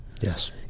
Yes